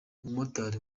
umumotari